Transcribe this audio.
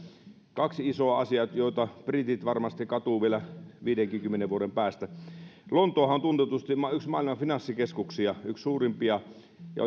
kaksi isoa asiaa joita britit varmasti katuvat vielä viidenkymmenen vuodenkin päästä lontoohan on tunnetusti yksi maailman finanssikeskuksista yksi suurimpia ja